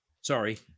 sorry